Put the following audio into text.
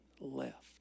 left